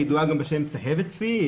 הידועה גם בשם צהבת סי,